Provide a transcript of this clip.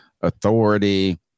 authority